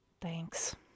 thanks